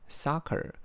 soccer